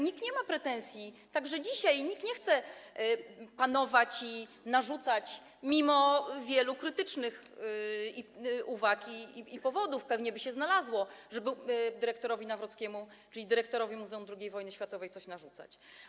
Nikt nie ma pretensji, także dzisiaj nikt nie chce panować i niczego narzucać mimo wielu krytycznych uwag i powodów, które pewnie by się znalazły, żeby coś dyrektorowi Nawrockiemu, czyli dyrektorowi Muzeum II Wojny Światowej, narzucać.